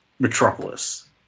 Metropolis